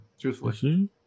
Truthfully